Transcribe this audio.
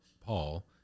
Paul